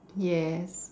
yes